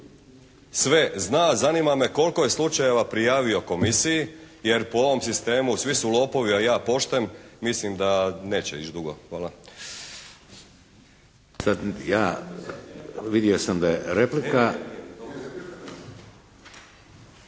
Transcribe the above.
sve zna zanima me koliko je slučajeva prijavio komisiji jer po ovom sistemu svi su lopovi, a ja pošten mislim da neće ići dugo. Hvala.